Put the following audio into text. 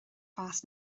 mheas